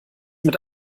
mit